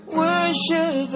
worship